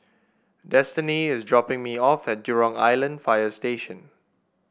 Destini is dropping me off at Jurong Island Fire Station